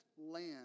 land